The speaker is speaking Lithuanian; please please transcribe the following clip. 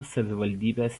savivaldybės